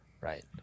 Right